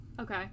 Okay